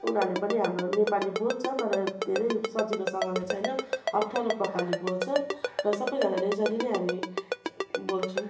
उनीहरूले पनि हाम्रो नेपाली बोल्छ तर धेरै सजिलोसँगले चाहिँ हैन अफ्ठ्यारो प्रकारले बोल्छ र सबैजनाले यसरी नै हामी बोल्छौँ